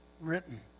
written